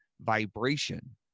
vibration